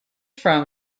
from